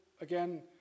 again